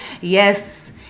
Yes